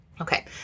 Okay